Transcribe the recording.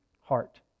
heart